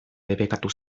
debekatu